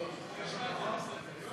(השתתפות במימון פעילות מוסדות ההנצחה),